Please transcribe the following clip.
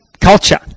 culture